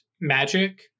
magic